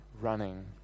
running